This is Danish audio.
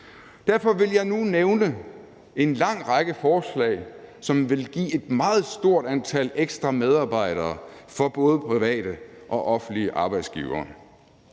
Derfor vil jeg nu nævne en lang række forslag, som vil give et meget stort antal ekstra medarbejdere for både private og offentlige arbejdsgivere,